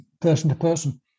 person-to-person